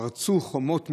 "ופרצו חומות מגדליי",